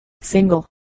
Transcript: single